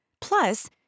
Plus